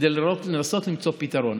כדי לנסות למצוא פתרון.